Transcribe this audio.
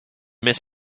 miss